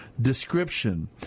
description